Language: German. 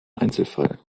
einzelfall